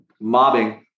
mobbing